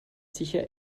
sicher